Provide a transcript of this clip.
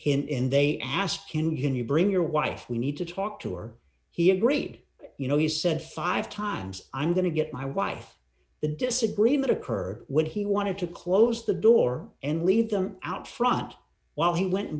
in they ask can you can you bring your wife we need to talk to her he agreed you know he said five times i'm going to get my wife the disagreement occur when he wanted to close the door and leave them out front while he went and